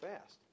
fast